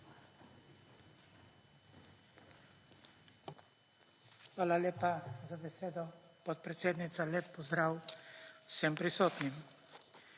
Hvala lepa za besedo, podpredsednica. Lep pozdrav vsem prisotnim!